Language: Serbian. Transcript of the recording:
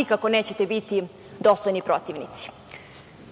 nikako nećete biti dostojni protivnici. Srbija